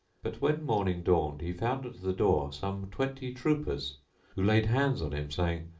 but when morning dawned he found at the door some twenty troopers who laid hands on him saying,